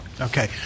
Okay